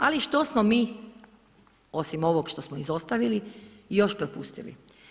Ali što smo mi osim ovog što smo izostavili, još propustili?